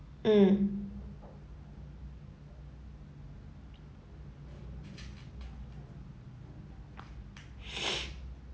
mm